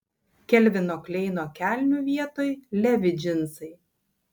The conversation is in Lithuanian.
kelvino kleino kelnių vietoj levi džinsai